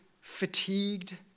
fatigued